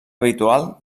habitual